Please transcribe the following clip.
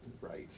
right